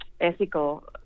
ethical